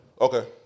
Okay